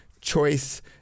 choice